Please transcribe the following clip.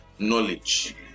knowledge